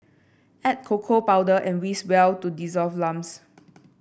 add cocoa powder and whisk well to dissolve lumps